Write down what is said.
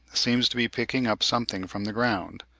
seems to be picking up something from the ground,